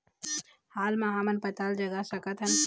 हाल मा हमन पताल जगा सकतहन?